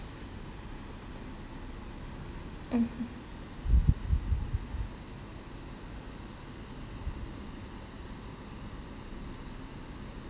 mmhmm